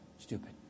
stupid